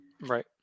Right